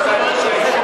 החליטה.